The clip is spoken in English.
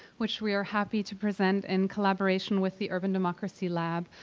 which we are happy to present in collaboration with the urban democracy lab.